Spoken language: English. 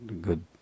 good